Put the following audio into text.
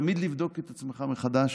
תמיד לבדוק את עצמך מחדש,